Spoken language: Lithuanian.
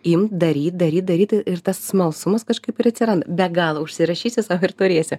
imt daryti daryt daryt ir tas smalsumas kažkaip ir atsiranda be galo užsirašysiu sau ir turėsiu